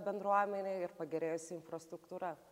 bendruomenė ir pagerėjusi infrastruktūra